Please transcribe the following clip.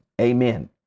Amen